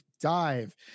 dive